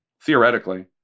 Theoretically